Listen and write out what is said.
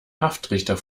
haftrichter